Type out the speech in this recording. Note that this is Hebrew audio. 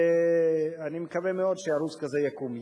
אני מקווה מאוד שערוץ כזה יקום.